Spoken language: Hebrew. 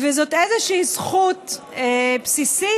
וזאת איזושהי זכות בסיסית,